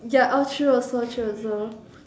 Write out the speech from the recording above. ya all true also true also